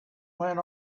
went